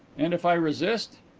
and if i resist?